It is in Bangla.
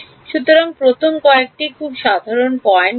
সুতরাং প্রথম কয়েকটি খুব সাধারণ পয়েন্ট